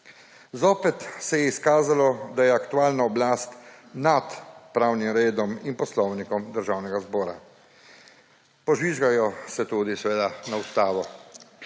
Zopet se je izkazalo, da je aktualna oblast nad pravnim redom in Poslovnikom Državnega zbora. Požvižgajo se tudi seveda na ustavo.